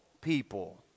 people